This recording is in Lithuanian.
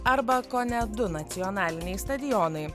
arba kone du nacionaliniai stadionai